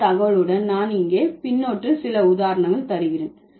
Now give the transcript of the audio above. இந்த தகவலுடன் நான் இங்கே பின்னொட்டு சில உதாரணங்கள் தருகிறேன்